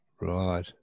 Right